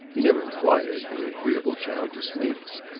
he never inquired. the agreeable child dismayed him.